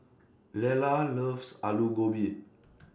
Lella loves Aloo Gobi